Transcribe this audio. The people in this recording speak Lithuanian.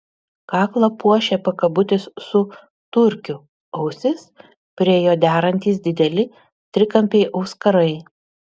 kaklą puošė pakabutis su turkiu ausis prie jo derantys dideli trikampiai auskarai